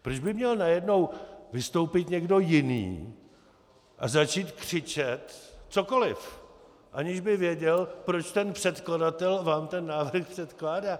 Proč by měl najednou vystoupit někdo jiný a začít křičet cokoliv, aniž by věděl, proč ten předkladatel vám ten návrh předkládá?